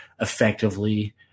effectively